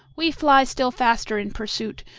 we fly still faster in pursuit,